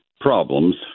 problems